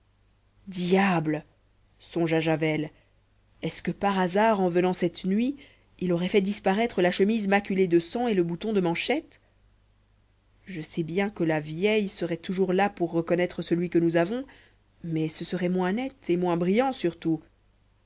diable songea javel est-ce que par hasard en venant cette nuit il aurait fait disparaître la chemise maculée de sang et le bouton de manchette je sais bien que la vieille serait toujours là pour reconnaître celui que nous avons mais ce serait moins net et moins brillant surtout